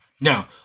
Now